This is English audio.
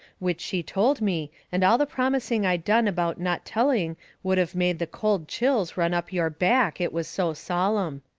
which she told me, and all the promising i done about not telling would of made the cold chills run up your back, it was so solemn.